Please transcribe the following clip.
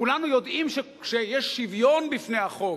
כולנו יודעים שיש שוויון בפני החוק,